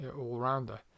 all-rounder